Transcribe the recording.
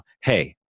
hey